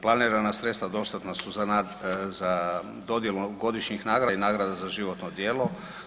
Planirana sredstva dostatna su za, za dodjelu godišnjih nagrada i nagrada za životno djelo.